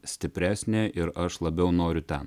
stipresnė ir aš labiau noriu ten